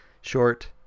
short